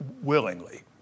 willingly